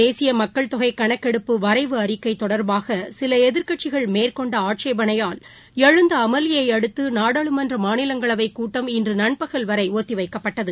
தேசியமக்கள் தொகைகணக்கெடுப்பு வரைவு அறிக்கைதொடர்பாகசிலஎதிர்கட்சிகள் அஸ்ஸாம் மேற்கொண்ட ஆட்சபேனையால் எழுந்தஅமளியைஅடுத்துநாடாளுமன்றமாநிலங்களவைகூட்டம் இன்றுநண்பகல் வரைஒத்திவைக்கப்பட்டது